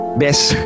best